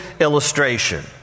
illustration